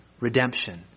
redemption